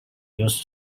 use